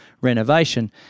renovation